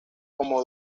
como